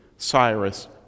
Cyrus